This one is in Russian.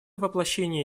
воплощение